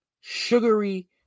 sugary